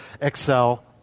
excel